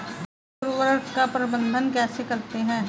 आप उर्वरक का प्रबंधन कैसे करते हैं?